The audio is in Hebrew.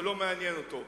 זה לא מעניין אותו.